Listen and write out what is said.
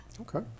Okay